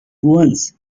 once